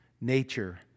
nature